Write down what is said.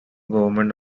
government